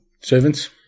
Servants